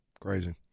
Crazy